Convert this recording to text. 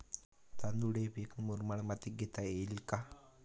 तांदूळ हे पीक मुरमाड मातीत घेता येईल का?